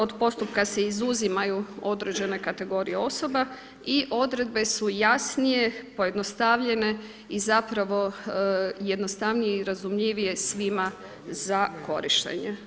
Od postupka se izuzimaju određene kategorije osoba i odredbe su jasnije, pojednostavljene i zapravo jednostavnije i razumljivije svima za korištenje.